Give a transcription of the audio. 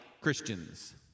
Christians